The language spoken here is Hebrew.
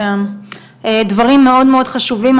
דברים מאוד חשובים.